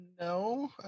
No